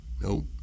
Nope